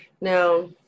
Now